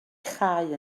chau